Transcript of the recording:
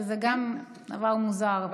שזה גם דבר מוזר,